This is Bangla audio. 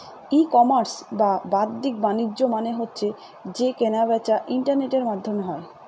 ই কমার্স বা বাদ্দিক বাণিজ্য মানে হচ্ছে যে কেনা বেচা ইন্টারনেটের মাধ্যমে হয়